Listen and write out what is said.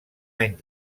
any